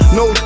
no